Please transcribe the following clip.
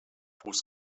fuß